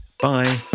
Bye